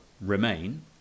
Remain